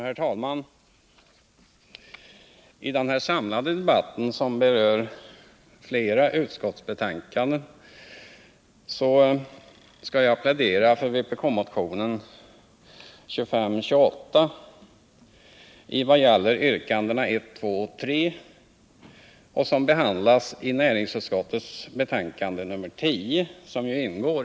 Herr talman! I denna samlade debatt som berör flera utskottsbetänkander. skall jag plädera för vpk-motionen 2528 i vad gäller yrkandena 1,2 och 3, som behandlas i näringsutskottets betänkande nr 10.